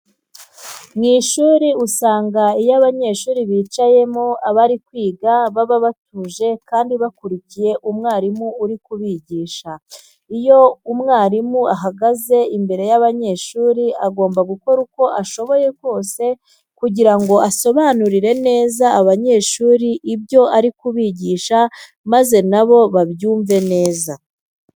Mu ishuri usanga iyo abanyeshuri bicayemo bari kwiga baba batuje kandi bakurikiye umwarimu uri kubigisha. Iyo umwarimu ahagaze imbere y'abanyeshuri agomba gukora uko ashoboye kose kugira ngo asobanurire neza abanyeshuri ibyo ari kubigisha maze na bo babyumve neza.